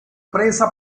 prensa